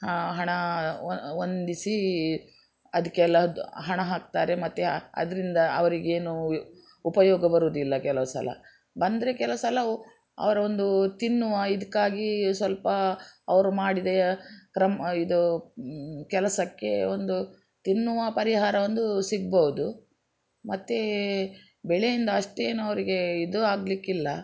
ಆ ಹಣ ಹೊಂದಿಸೀ ಅದ್ಕೆಲ್ಲದು ಹಣ ಹಾಕ್ತಾರೆ ಮತ್ತು ಅದರಿಂದ ಅವರಿಗೇನೂ ಉಪಯೋಗ ಬರೋದಿಲ್ಲ ಕೆಲವು ಸಲ ಬಂದರೆ ಕೆಲವು ಸಲವು ಅವರ ಒಂದು ತಿನ್ನುವ ಇದ್ಕಾಗೀ ಸ್ವಲ್ಪಾ ಅವ್ರು ಮಾಡಿದೆಯಾ ಕ್ರಮ ಇದು ಕೆಲಸಕ್ಕೆ ಒಂದು ತಿನ್ನುವ ಪರಿಹಾರ ಒಂದು ಸಿಗ್ಬೌದು ಮತ್ತು ಬೆಳೆಯಿಂದ ಅಷ್ಟೇನು ಅವರಿಗೇ ಇದು ಆಗಲಿಕ್ಕಿಲ್ಲ